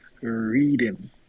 reading